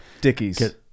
Dickies